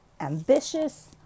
ambitious